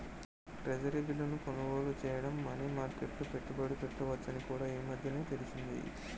treasury బిల్లును కొనుగోలు చేయడం మనీ మార్కెట్లో పెట్టుబడి పెట్టవచ్చని కూడా ఈ మధ్యనే తెలిసింది